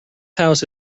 house